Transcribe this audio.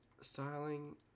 styling